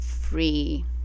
free